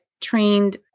trained